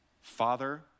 Father